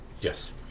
Yes